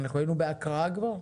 אנחנו היינו בהקראה כבר?